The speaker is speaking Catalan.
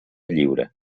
lliure